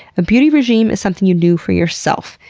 a beauty regime is something you do for yourself,